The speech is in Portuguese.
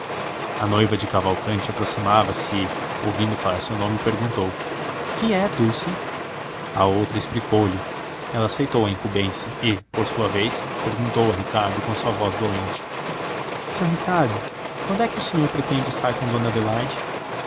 a noiva de cavalcanti aproximava-se e ouvindo falar em seu nome perguntou que é dulce a outra explicou-se ela aceitou a incumbência e por sua vez perguntou a ricardo com a sua voz dolente seu ricardo quando é que o senhor pretende estar com dona adelaide